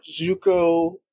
Zuko